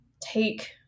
take